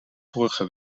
vorige